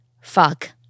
fuck